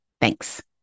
Thanks